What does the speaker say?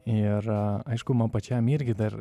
ir aišku man pačiam irgi dar